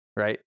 right